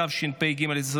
התשפ"ג 2023,